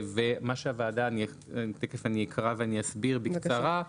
אני תכף אקרא ואסביר בקצרה.